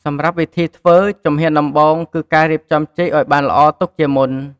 សម្រាប់វិធីធ្វើ ជំហានដំបូង គឺការរៀបចំចេកអោយបានល្អទុកជាមុន។